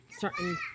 certain